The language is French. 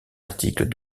articles